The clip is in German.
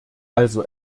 also